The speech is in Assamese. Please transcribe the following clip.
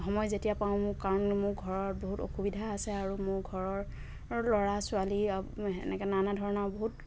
সময় যেতিয়া পাওঁ মোক কাৰণ মোক ঘৰৰ বহুত অসুবিধা আছে আৰু মোৰ ঘৰৰ ল'ৰা ছোৱালী আৰু এনেকৈ নানা ধৰণৰ বহুত